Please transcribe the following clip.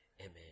Amen